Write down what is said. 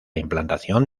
implantación